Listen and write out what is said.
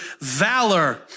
valor